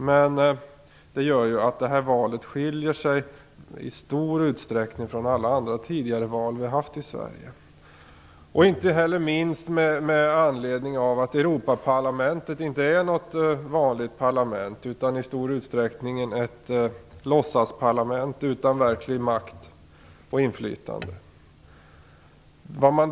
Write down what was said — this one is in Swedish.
Men detta val skiljer sig i stor utsträckning från alla tidigare val vi har haft i Sverige, inte minst med anledning av att Europaparlamentet inte är något vanligt parlament utan i hög grad ett låtsasparlament utan verklig makt och verkligt inflytande.